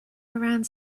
around